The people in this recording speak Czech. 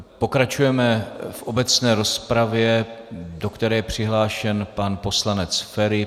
Pokračujeme v obecné rozpravě, do které je přihlášen pan poslanec Feri.